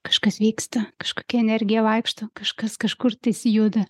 kažkas vyksta kažkokia energija vaikšto kažkas kažkur tais juda